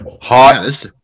Hot